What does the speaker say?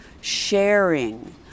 Sharing